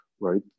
right